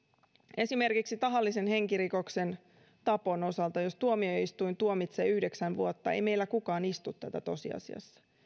esimerkiksi tahallisen henkirikoksen tapon osalta jos tuomioistuin tuomitsee yhdeksän vuotta ei meillä kukaan istu tätä tosiasiassa